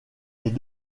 les